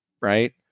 right